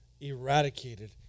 eradicated